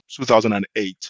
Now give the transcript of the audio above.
2008